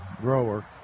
grower